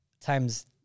times